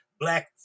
black